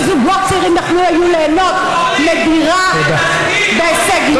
וזוגות צעירים היו יכולים ליהנות מדירה בהישג יד.